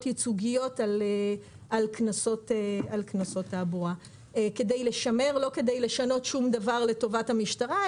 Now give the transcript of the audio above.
ייצוגיות על קנסות תעבורה; לא כדי לשנות שום דבר לטובת המשטרה,